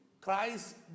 Christ